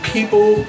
People